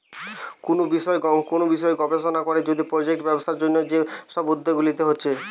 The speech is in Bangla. কুনু বিষয় গবেষণা কোরে যদি প্রজেক্ট ব্যবসার জন্যে যে সব উদ্যোগ লিতে হচ্ছে